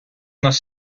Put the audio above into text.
нас